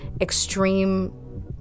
extreme